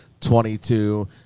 22